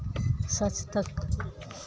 सच तक